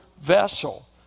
vessel